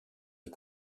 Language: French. est